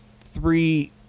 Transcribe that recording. three